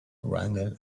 wrangle